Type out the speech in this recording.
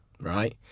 right